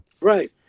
Right